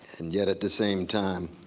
and yet at the same time,